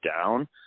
down